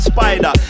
Spider